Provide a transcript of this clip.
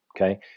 okay